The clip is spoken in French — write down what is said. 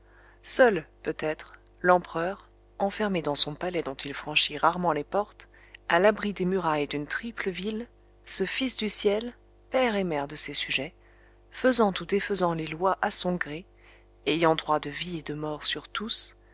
seul peut-être l'empereur enfermé dans son palais dont il franchit rarement les portes à l'abri des murailles d'une triple ville ce fils du ciel père et mère de ses sujets faisant ou défaisant les lois à son gré ayant droit de vie et de mort sur tous